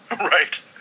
Right